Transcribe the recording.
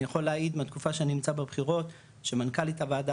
אני יכול להעיד מהתקופה שאני נמצא בבחירות שמנכ"לית הוועדה